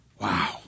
Wow